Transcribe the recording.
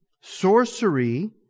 sorcery